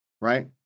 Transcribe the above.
right